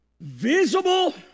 visible